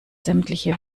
sämtliche